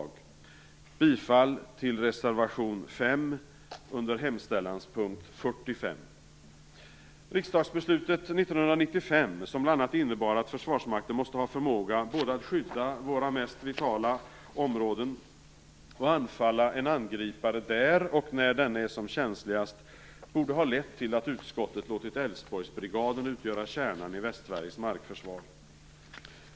Jag yrkar bifall till reservation 5 under hemställanspunkt 45. Riksdagsbeslutet 1995, som bl.a. innebar att Försvarsmakten måste ha förmåga både att skydda våra mest vitala områden och att där anfalla en angripare när denne är som känsligas, borde ha lett till att utskottet skulle ha låtit Älvsborgsbrigaden utgöra kärnan i Västsveriges markförsvar.